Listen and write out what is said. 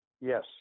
Yes